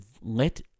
let